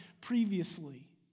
previously